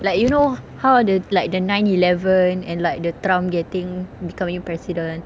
like you know how the like the nine eleven and like the trump getting becoming president